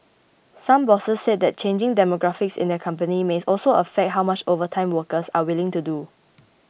some bosses said that changing demographics in their companies may also affect how much overtime workers are willing to do